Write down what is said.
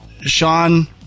Sean